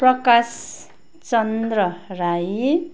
Prakash Chandra Rai